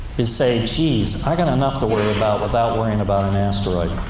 is say, jeez, i got enough to worry about without worrying about an asteroid.